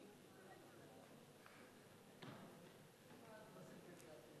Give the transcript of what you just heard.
ההסתייגות לחלופין א' של קבוצת סיעת האיחוד הלאומי לסעיף 1 לא נתקבלה.